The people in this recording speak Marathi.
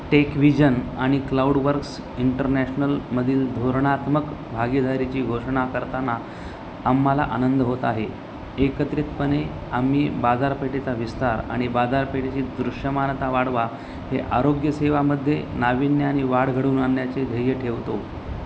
टेकव्हिजन आणि क्लाऊडवर्क्स इंटरनॅशनलमधील धोरणात्मक भागीधारीची घोषणा करताना आम्हाला आनंद होत आहे एकत्रितपणे आम्ही बाजारपेठेचा विस्तार आणि बाजारपेठेची दृश्यमानता वाढवा हे आरोग्यसेवेमध्ये नाविन्य आणि वाढ घडवून आणण्याचे ध्येय ठेवतो